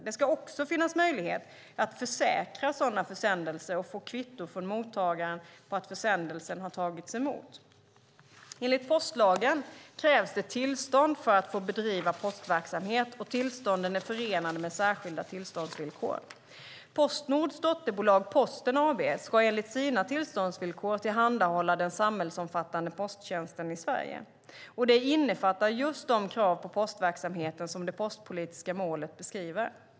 Det ska också finnas möjlighet att försäkra sådana försändelser och få kvitto från mottagaren på att försändelsen har tagits emot. Enligt postlagen krävs det tillstånd för att få bedriva postverksamhet, och tillstånden är förenade med särskilda tillståndsvillkor. Post Nords dotterbolag Posten AB ska enligt sina tillståndsvillkor tillhandahålla den samhällsomfattande posttjänsten i Sverige. Det innefattar just de krav på postverksamheten som det postpolitiska målet beskriver.